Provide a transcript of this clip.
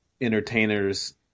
entertainers